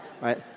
right